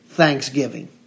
thanksgiving